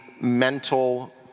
mental